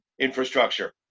infrastructure